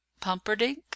pumperdink